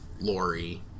Lori